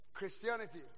Christianity